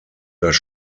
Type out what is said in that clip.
das